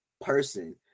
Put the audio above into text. person